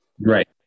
Right